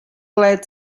glad